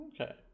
okay